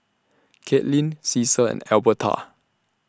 Katlynn Caesar and Elberta